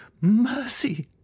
mercy